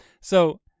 So-